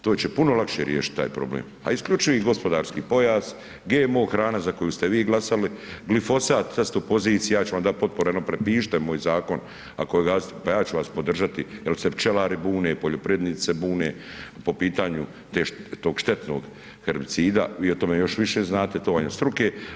To će puno lakše riješiti taj problem, a isključivi gospodarski pojas, GMO hrana za koju ste vi glasali, glifosat sad ste u poziciji ja ću vam dat potporu eno prepišite moj zakon ako …/nerazumljivo/… pa ja ću vas podržati jer se pčelari bune, poljoprivrednici se bune po pitanju tog štetnog herbicida, vi o tome još više znate to vam je od struke.